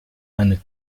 eine